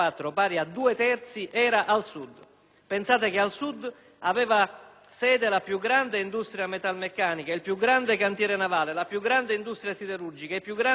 Pensate che al Sud aveva sede la più grande industria metalmeccanica, il più grande cantiere navale, la più grande industria siderurgica, i più grandi allevamenti di bestiame, la più grande cartiera,